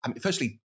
firstly